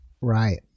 Right